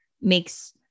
makes